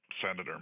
Senator